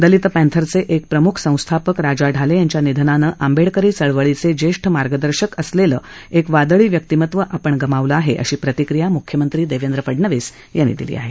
दलित पँथरचे एक प्रम्ख संस्थापक राजा ढाले यांच्या निधनाने आंबेडकरी चळवळीचे ज्येष्ठ मार्गदर्शक असलेले एक वादळी व्यक्तिमत्व आपण गमावले आहे अशी प्रतिक्रिया म्ख्यमंत्री देवेंद्र फडणवीस यांनी व्यक्त केली आहे